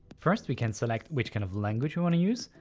first, we can select which kind of language we want to use.